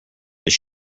his